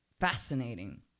fascinating